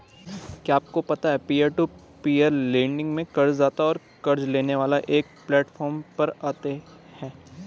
क्या आपको पता है पीयर टू पीयर लेंडिंग में कर्ज़दाता और क़र्ज़ लेने वाला एक प्लैटफॉर्म पर आते है?